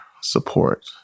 support